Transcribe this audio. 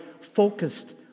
focused